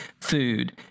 food